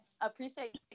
appreciate